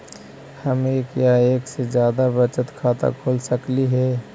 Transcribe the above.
हम एक या एक से जादा बचत खाता खोल सकली हे?